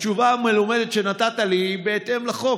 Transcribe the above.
התשובה המלומדת שנתת לי היא בהתאם לחוק,